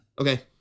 Okay